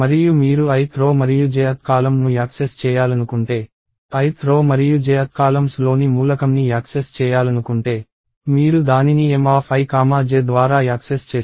మరియు మీరు ith row మరియు jth కాలమ్ ను యాక్సెస్ చేయాలనుకుంటే ith రో మరియు jth కాలమ్స్ లోని మూలకం ని యాక్సెస్ చేయాలనుకుంటే మీరు దానిని Mij ద్వారా యాక్సెస్ చేస్తారు